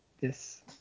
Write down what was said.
yes